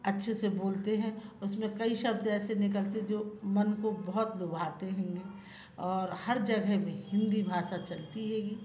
अच्छे से बोलते हैं उसमें कई शब्द ऐसे निकलते जो मन को बहुत लुभाते हेंगे और हर जगह में हिंदी भाषा चलती हेगी